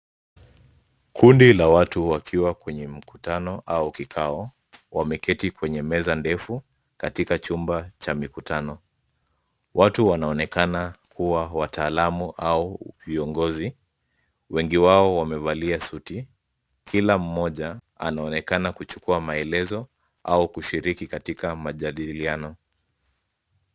Kundi la watu wakiwa kwenye mkutano au kikao, wameketi kwenye meza ndefu katika chumba cha mikutano. Watu wanaonekana kuwa wataalamu au viongozi. Wengi wao wamevalia suti. Kila mmoja anaonekana kuchukua maelezo au kushiriki katika majadiliano.